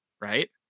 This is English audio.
Right